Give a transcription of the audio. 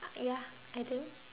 ya I think